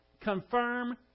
confirm